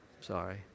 sorry